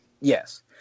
Yes